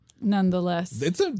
Nonetheless